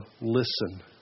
listen